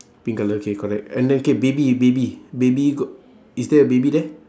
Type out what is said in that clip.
pink colour K correct and then K baby baby baby is there a baby there